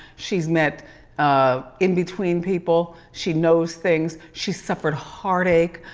she's met um in between people. she knows things, she's suffered heartache,